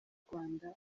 rwanda